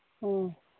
ꯑꯥ